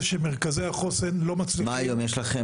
שמרכזי החוסן לא מצליחים --- מה היום יש לכם,